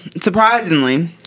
Surprisingly